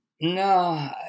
no